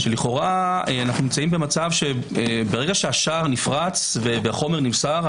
לכאורה ברגע שהשער נפרץ והחומר נמסר,